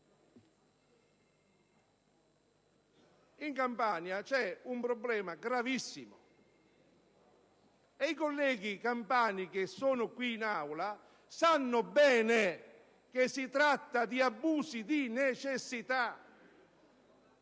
In Campania c'è un problema gravissimo, e i colleghi campani che sono presenti in Aula sanno bene che si tratta di abusi di necessità.